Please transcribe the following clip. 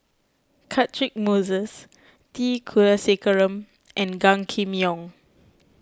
Catchick Moses T Kulasekaram and Gan Kim Yong